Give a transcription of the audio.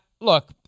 look –